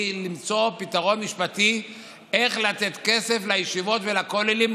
למצוא פתרון משפטי איך לתת כסף לישיבות ולכוללים,